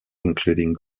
including